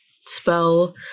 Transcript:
spell